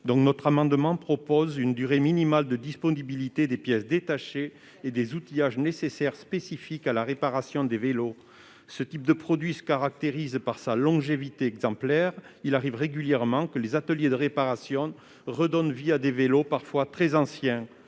les dix ans. Nous proposons une durée minimale de disponibilité des pièces détachées et des outillages spécifiques pour la réparation des vélos. Ce type de produit se caractérise par sa longévité exemplaire. Il arrive régulièrement que les ateliers de réparation redonnent vie à des vélos parfois très anciens.